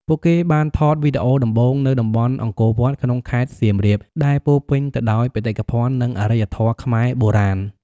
ពួកគេបានថតវីដេអូដំបូងនៅតំបន់អង្គរវត្តក្នុងខេត្តសៀមរាប ដែលពោរពេញទៅដោយបេតិកភណ្ឌនិងអរិយធម៌ខ្មែរបុរាណ។